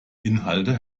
inhalte